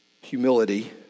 humility